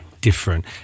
different